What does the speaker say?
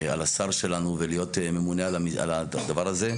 על השר שלנו ולהיות ממונה על הדבר הזה,